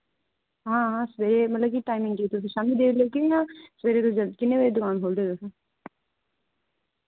हां हां सवेरे मतलब कि टाइमिंग केह् तुंदी शाम्मी देई लेगे यां सवेरे तुस ज किन्ने बजे दुकान खोह्लदे तुस